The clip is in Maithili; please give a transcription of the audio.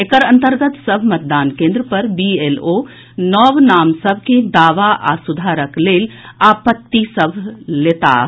एकर अंतर्गत सभ मतदान केंद्र पर बीएलओ नव नाम सभ के दावा आ सुधारक लेल आपत्ति सभ लेताह